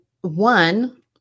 one